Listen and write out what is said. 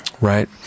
Right